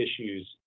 issues